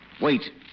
wait